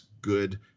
good